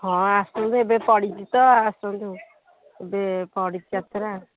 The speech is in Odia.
ହଁ ଆସନ୍ତୁ ଏବେ ପଡ଼ିଛି ତ ଆସନ୍ତୁ ଏବେ ପଡ଼ିଛି ଯାତ୍ରା